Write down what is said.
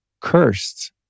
cursed